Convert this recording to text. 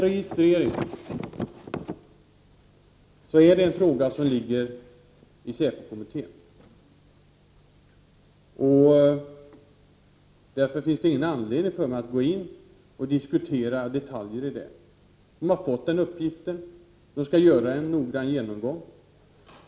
Registrering är en fråga som ligger i säpokommittén. Därför finns det ingen anledning för mig att gå in och diskutera detaljer i denna fråga. De har fått den uppgiften. De skall göra en noggrann genomgång.